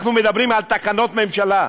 אנחנו מדברים על תקנות ממשלה.